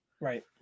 right